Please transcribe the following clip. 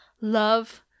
Love